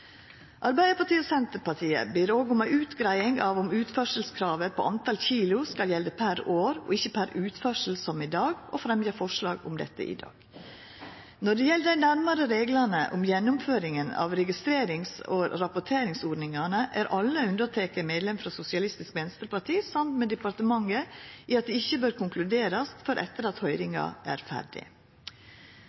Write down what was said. Arbeidarpartiet og Senterpartiet ber òg om ei utgreiing av om utførselskravet til talet på kilo skal gjelda per år, ikkje per utførsel – som i dag – og fremjar framlegg om dette i dag. Når det gjeld dei nærmare reglane om gjennomføringa av registrerings- og rapporteringsordningane, er alle, unnateke medlemen frå Sosialistisk Venstreparti, samde med departementet i at det ikkje bør konkluderast før etter at høyringa er ferdig.